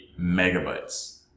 megabytes